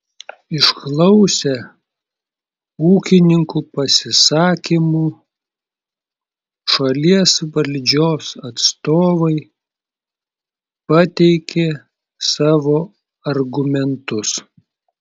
išklausę ūkininkų pasisakymų šalies valdžios atstovai pateikė savo argumentus